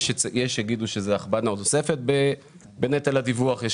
יש יגידו שזאת הכבדה נוספת בנטל הדיווח ויש